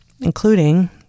including